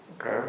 Okay